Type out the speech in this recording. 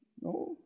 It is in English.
No